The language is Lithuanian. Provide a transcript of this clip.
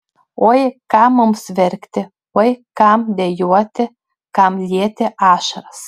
oi kam mums verkti oi kam dejuoti kam lieti ašaras